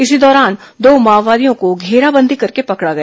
इसी दौरान दो माओवादियों को घेराबंदी कर पकडा गया